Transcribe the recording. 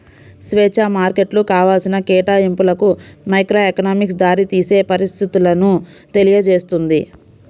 స్వేచ్ఛా మార్కెట్లు కావాల్సిన కేటాయింపులకు మైక్రోఎకనామిక్స్ దారితీసే పరిస్థితులను తెలియజేస్తుంది